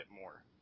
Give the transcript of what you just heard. more